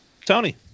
Tony